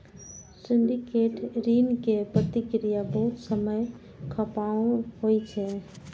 syndicate ऋण के प्रक्रिया बहुत समय खपाऊ होइ छै